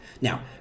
Now